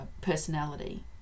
personality